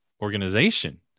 organization